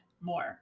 more